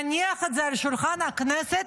להניח את זה על שולחן הכנסת,